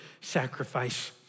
sacrifice